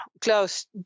close